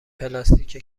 پلاستیک